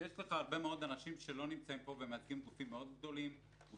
יש לך הרבה מאוד אנשים שלא נמצאים פה ומייצגים גופים גדולים מאוד.